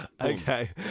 Okay